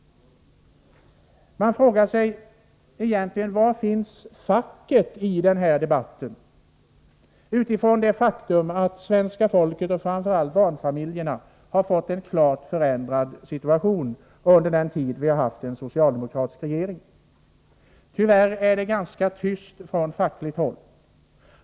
Man frågar sig, utifrån det faktum att svenska folket och framför allt barnfamiljerna har fått en klart förändrad situation under den tid vi haft en socialdemokratisk regering: Var finns egentligen facket i den här debatten? Tyvärr är det ganska tyst från fackligt håll.